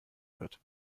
wird